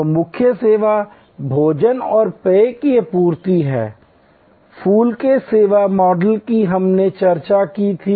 तो मुख्य सेवा भोजन और पेय की आपूर्ति है फूल के सेवा मॉडल की हमने चर्चा की थी